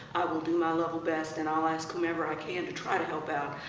i will do my level best, and i'll ask whomever i can to try to help out.